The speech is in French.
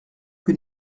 que